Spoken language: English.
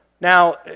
now